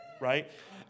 right